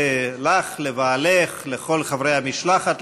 לבעלך לכל חברי המשלחת,